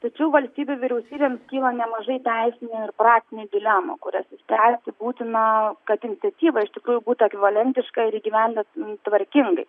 tačiau valstybių vyriausybėms kyla nemažai teisinių ir praktinių dilemų kurias išspręsti būtina kad iniciatyva iš tikrųjų būti ekvivalentiška ir gyvendinta tvarkingai